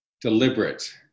deliberate